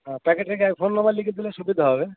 হ্যাঁ প্যাকেটের গায়ে এক ফোন নম্বর লিখে দিলে সুবিধা হবে